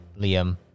Liam